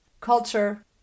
culture